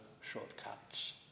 shortcuts